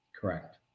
Correct